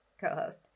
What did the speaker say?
co-host